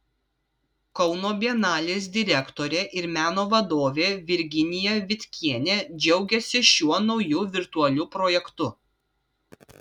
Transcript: kauno bienalės direktorė ir meno vadovė virginija vitkienė džiaugiasi šiuo nauju virtualiu projektu